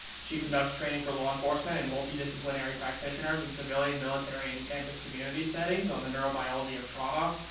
she conducts training for law enforcement and multidisciplinary practitioners in civilian, military, and campus community settings on the neurobiology of trauma,